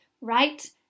right